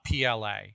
PLA